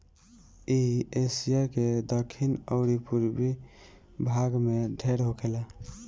इ एशिया के दखिन अउरी पूरब भाग में ढेर होखेला